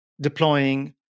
deploying